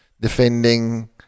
defending